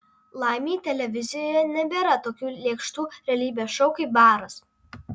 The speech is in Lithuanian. laimei televizijoje nebėra tokių lėkštų realybės šou kaip baras